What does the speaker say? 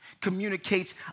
communicates